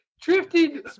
drifting